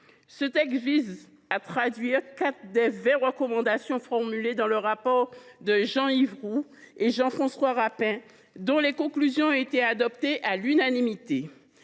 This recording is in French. Ce texte vise à traduire quatre des vingt recommandations formulées dans le rapport d’information de Jean Yves Roux et Jean François Rapin, dont les conclusions ont été adoptées à l’unanimité.